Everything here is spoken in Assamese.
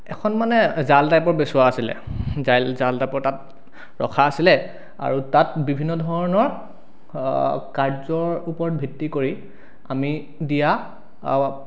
এখন মানে জাল টাইপৰ আছিলে জাল জাল টাইপৰ তাত ৰখা আছিলে আৰু তাত বিভিন্ন ধৰণৰ কাৰ্য্য়ৰ ওপৰত ভিত্তি কৰি আমি দিয়া